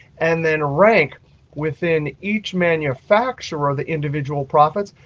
and then rank within each manufacturer or the individual profits.